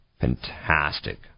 fantastic